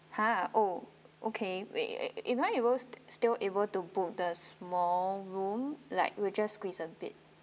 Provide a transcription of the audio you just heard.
ha oh okay wait am I able still able to book the small room like we'll just squeeze a bit